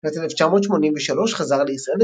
בשנת 1983 חזר לישראל,